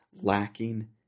lacking